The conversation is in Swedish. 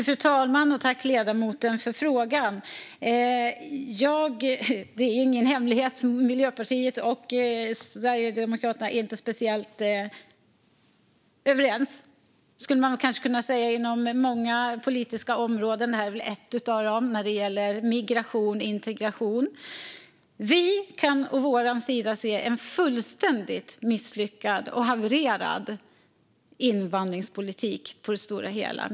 Fru talman! Tack, ledamoten, för frågan! Det är ingen hemlighet att Miljöpartiet och Sverigedemokraterna inte är särskilt överens, kan man väl säga, inom särskilt många politiska områden. Migration och integration är ett av dem där vi inte är det. Vi kan å vår sida se en på det stora hela fullständigt misslyckad och havererad invandringspolitik.